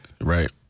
right